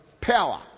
power